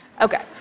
Okay